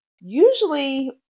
usually